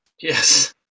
Yes